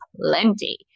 plenty